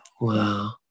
wow